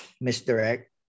misdirect